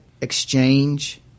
exchange